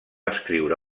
escriure